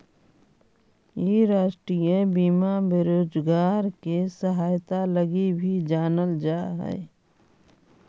इ राष्ट्रीय बीमा बेरोजगार के सहायता लगी भी जानल जा हई